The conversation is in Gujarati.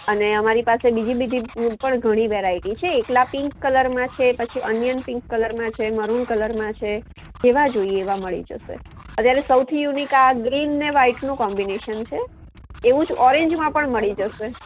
અને અમારી પાસે બીજી બીજી એમ પણ ઘણી વેરાઇટી છે એકલા પિન્ક કલરમાં છે પછી ઓનિયન પિન્ક કલરમાં છે મરુન કલરમાં છે જેવાં જોઈએ એવાં મળી જશે અત્યારે સૌથી યુનિક આ ગ્રીનને વ્હાઇટનું કોમ્બિનેશન છે એવું જ ઓરેંજમાં પણ મળી જશે